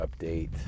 update